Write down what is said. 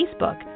Facebook